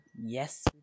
Yes